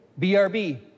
BRB